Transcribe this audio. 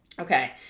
Okay